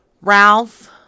Ralph